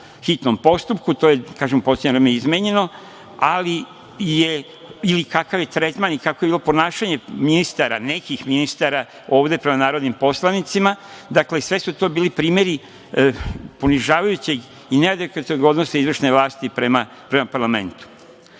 hitnom postupku. To je, kažem, u poslednje vreme izmenjeno, ili kakav je bio tretman ili kakvo je bilo ponašanje pojedinih ministara ovde prema narodnim poslanicima. Dakle, sve su to bili primeri ponižavajućeg i neadekvatnog odnosa izvršne vlasti prema parlamentu. Kažem,